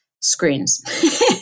screens